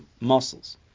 muscles